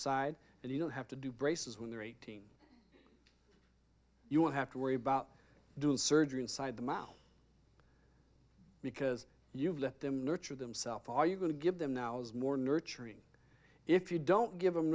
side and you don't have to do braces when they're eighteen you won't have to worry about doing surgery inside the mouth because you've let them nurture themself are you going to give them now is more nurturing if you don't give